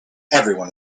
everyone